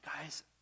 guys